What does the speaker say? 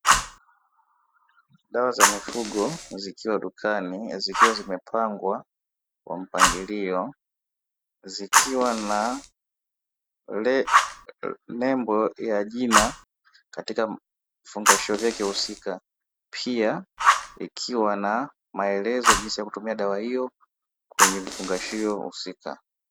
Dawa za mifugo zikiwa dukani, zikiwa zimepangwa kwa mpangilio, zikiwa na nembo ya jina katika vifungashio vyake husika, pia ikiwa na maelezo jinsi ya kutumia dawa hiyo kwenye vifungashio husika.